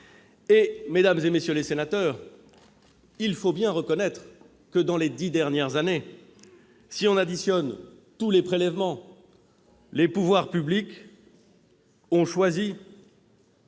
Mesdames, messieurs les sénateurs, il faut bien le reconnaître, au cours des dix dernières années, si l'on additionne tous les prélèvements, les pouvoirs publics ont choisi